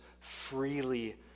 freely